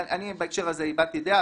בהקשר הזה אני הבעתי דעה.